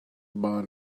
barn